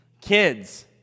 Kids